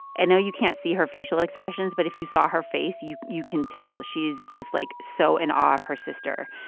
and no, you can't see her facial expressions, but if you saw her face, you you can tell she is just, like, so in awe her sister.